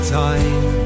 time